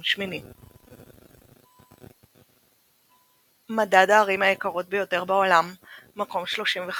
8. מדד הערים היקרות ביותר בעולם – מקום 35